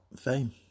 fame